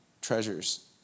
treasures